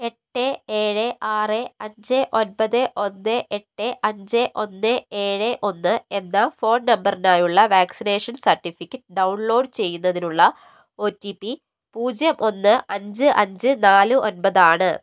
എട്ട് ഏഴ് ആറ് അഞ്ച് ഒൻപത് ഒന്ന് എട്ടേ അഞ്ച് ഒന്ന് ഏഴ് ഒന്ന് എന്ന ഫോൺ നമ്പറിനായുള്ള വാക്സിനേഷൻ സർട്ടിഫിക്കറ്റ് ഡൗൺലോഡ് ചെയ്യുന്നതിനുള്ള ഒ ടി പി പൂജ്യം ഒന്ന് അഞ്ച് അഞ്ച് നാല് ഒൻപതാണ്